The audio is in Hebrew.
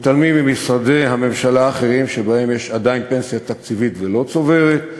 ומתעלמים ממשרדי הממשלה האחרים שבהם יש עדיין פנסיה תקציבית ולא צוברת,